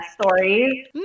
stories